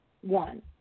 one